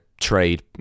trade